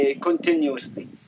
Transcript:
continuously